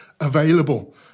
available